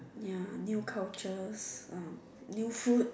ya new cultures um new food